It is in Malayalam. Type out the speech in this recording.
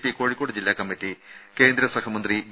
പി കോഴിക്കോട് ജില്ലാ കമ്മിറ്റി കേന്ദ്രസഹമന്ത്രി വി